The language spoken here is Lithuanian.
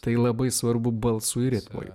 tai labai svarbu balsui ir ritmui